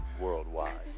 worldwide